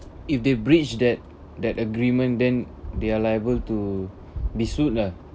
if they breach that that agreement then they're liable to be sued lah